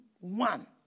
one